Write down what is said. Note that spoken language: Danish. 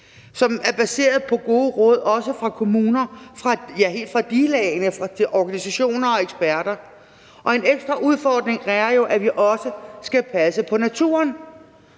som er baseret på gode råd også fra kommuner, ja, helt fra digelagene og fra organisationer og eksperter. En ekstra udfordring er jo, at vi også skal passe på naturen.